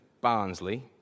Barnsley